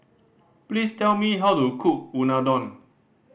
please tell me how to cook Unadon